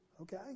okay